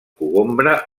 cogombre